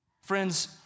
Friends